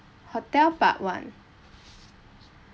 hotel part one